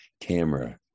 camera